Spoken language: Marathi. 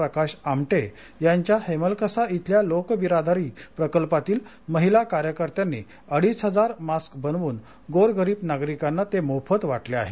प्रकाश आमटे यांच्या हेमलकसा इथल्या लोकबिरादरी प्रकल्पातील महिला कार्यकर्त्यांनी अडीच हजार मास्क बनवून गोरगरीब नागरिकांना ते मोफत वाटले आहेत